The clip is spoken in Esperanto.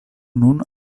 nun